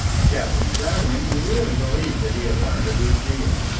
captain clavering really believed that he had learned a good deal,